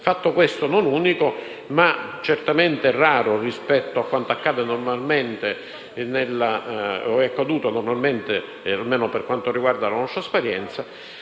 fatto questo non unico, ma certamente raro rispetto a quanto accade o è accaduto normalmente, almeno per quanto riguarda la nostra esperienza.